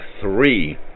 three